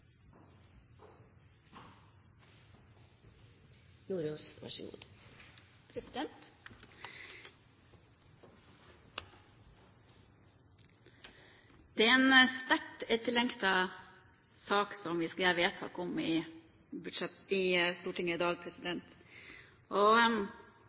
en sterkt etterlengtet sak som vi skal gjøre vedtak om i Stortinget i dag.